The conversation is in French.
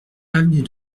avenue